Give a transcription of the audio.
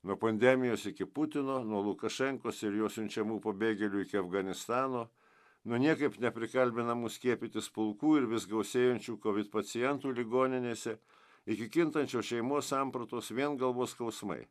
nuo pandemijos iki putino nuo lukašenkos ir jo siunčiamų pabėgėlių iki afganistano nuo niekaip neprikalbinamų skiepytis pulkų ir vis gausėjančių pacientų ligoninėse iki kintančios šeimos sampratos vien galvos skausmai